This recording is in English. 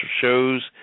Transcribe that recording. shows